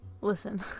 Listen